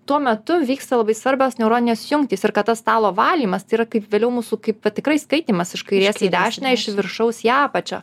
tuo metu vyksta labai svarbios neuroninės jungtys ir kad tas stalo valymas tai yra kaip vėliau mūsų kaip vat tikrai skaitymas iš kairės į dešinę iš viršaus į apačią